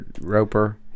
roper